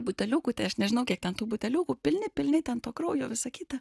buteliukų tai aš nežinau kiek ten tų buteliukų pilni pilni ten to kraujo visa kita